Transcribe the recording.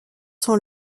sont